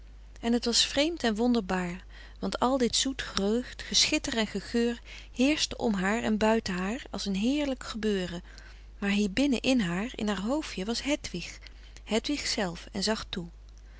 en het was vreemd en wonderbaar want al dit zoet frederik van eeden van de koele meren des doods gerucht geschitter en gegeur heerschte om haar en buiten haar als een heerlijk gebeuren maar hier binnen in haar in haar hoofdje was hedwig hedwig zelf en zag toe